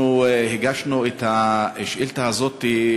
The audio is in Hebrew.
אנחנו הגשנו את השאילתה הזאת,